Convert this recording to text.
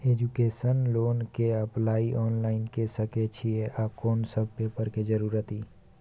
Education loan के apply online के सके छिए आ कोन सब पेपर के जरूरत इ?